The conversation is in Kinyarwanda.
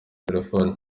telefoni